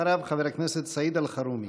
אחריו, חבר הכנסת סעיד אלחרומי.